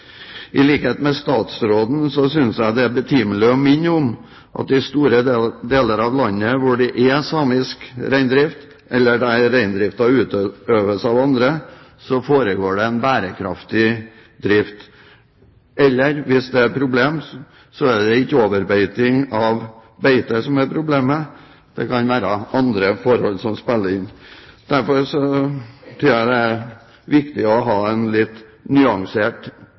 I likhet med statsråden synes jeg det er betimelig å minne om at i store deler av landet hvor det er samisk reindrift eller reindriften utøves av andre, er det en bærekraftig drift. Og hvis det er problemer, er det ikke overbeiting som er problemet, det kan være andre forhold som spiller inn. Derfor tror jeg det er viktig å ha en litt nyansert